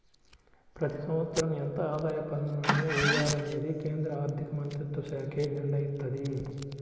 ప్రతి సంవత్సరం ఎంత ఆదాయ పన్నుల్ని వెయ్యాలనేది కేంద్ర ఆర్ధికమంత్రిత్వశాఖే నిర్ణయిత్తది